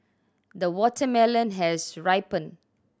the watermelon has ripened